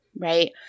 right